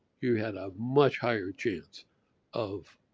you had a much higher chance of